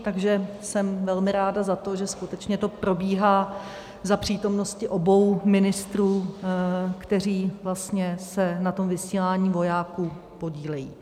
Takže jsem velmi ráda za to, že skutečně to probíhá za přítomnosti obou ministrů, kteří se vlastně na tom vysílání vojáků podílejí.